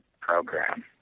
program